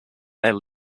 their